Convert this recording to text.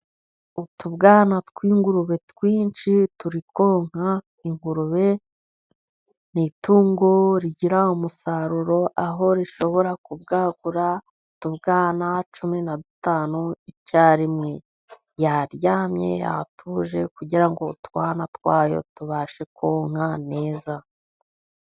Utubwana tw'ingurube twinshi turi konka. Ingurube n'itungo rigira umusaruro aho rishobora kubwagura utubwana cumi na dutanu icyarimwe, yaryamye hatuje kugira ngo utwana twayo tubashe konka neza.